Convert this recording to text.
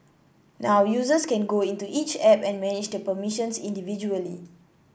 now users can go into each app and manage the permissions individually